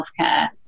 healthcare